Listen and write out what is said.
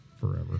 Forever